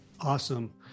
Awesome